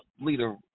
leader